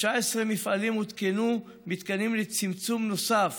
ב-19 מפעלים הותקנו מתקנים לצמצום נוסף